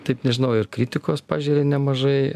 taip nežinau ir kritikos pažeria nemažai